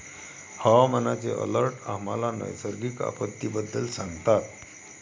हवामानाचे अलर्ट आम्हाला नैसर्गिक आपत्तींबद्दल सांगतात